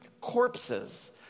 corpses